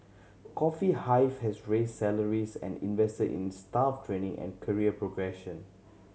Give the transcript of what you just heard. Coffee Hive has raised salaries and invested in staff training and career progression